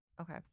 Okay